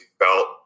felt